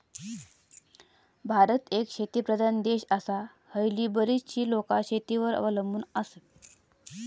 भारत एक शेतीप्रधान देश आसा, हयली बरीचशी लोकां शेतीवर अवलंबून आसत